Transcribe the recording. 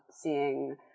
seeing